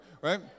right